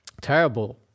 terrible